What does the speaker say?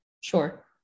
Sure